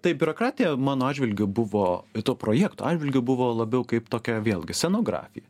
taip biurokratija mano atžvilgiu buvo to projekto atžvilgiu buvo labiau kaip tokia vėlgi scenografija